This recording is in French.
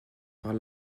par